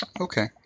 Okay